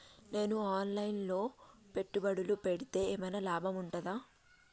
నేను online లో పెట్టుబడులు పెడితే ఏమైనా లాభం ఉంటదా?